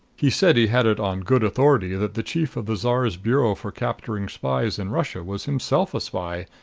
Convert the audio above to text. he said he had it on good authority that the chief of the czar's bureau for capturing spies in russia was himself a spy.